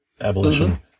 abolition